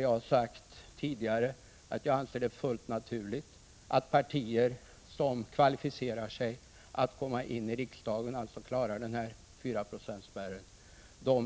Jag har tidigare sagt att jag anser det fullt naturligt att partier som kvalificerat sig för att komma in i riksdagen och alltså klarat 4-procentsspärren